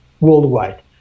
worldwide